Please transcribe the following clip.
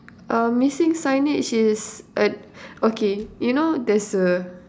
um missing signage is uh okay you know there's a